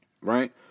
right